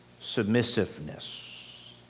submissiveness